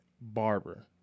barber